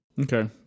Okay